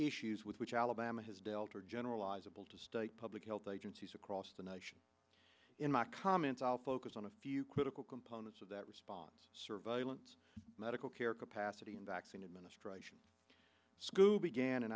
issues with which alabama has dealt or generalizable to state public health agencies across the nation in my comments i'll focus on a few critical components of that response surveillance medical care capacity in vaccine administration scoobie gan